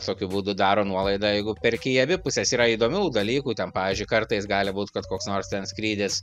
tokiu būdu daro nuolaidą jeigu perki į abi puses yra įdomių dalykų ten pavyžiui kartais gali būt kad koks nors ten skrydis